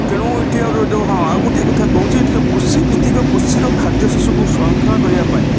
ତେଣୁ ଏଠି ଆଉ ଯେଉଁ ହଁ ଆଉ ଗୋଟେ କଥା କହୁଛି ଏଠି ଯେଉଁ କୃଷି ଭିତ୍ତିକ କୃଷିର ଖାଦ୍ୟ ଶସ୍ୟକୁ ସଂରକ୍ଷଣ କରିବା ପାଇଁ